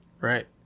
right